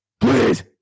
Please